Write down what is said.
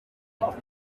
fluent